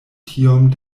tiom